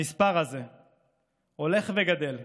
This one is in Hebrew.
המספר הזה הולך וגדל,